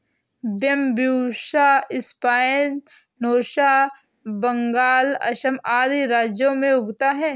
Bambusa spinosa Bengal, Assam आदि राज्यों में उगता है